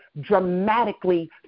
dramatically